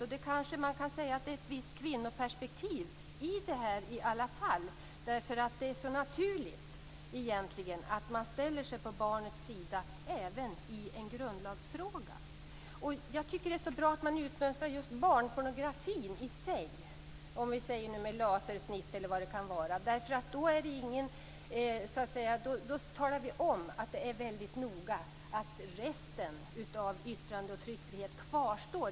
Man kanske ändå kan säga att det finns ett visst kvinnoperspektiv i det här, eftersom det är så naturligt att vi ställer oss på barnets sida även i en grundlagsfråga. Jag tycker att det är bra att man utmönstrar just barnpornografin i sig - med lasersnitt, eller vad det nu kan vara. Vi talar då om att det är väldigt noga att resten av yttrande och tryckfriheten kvarstår.